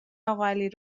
اقاعلی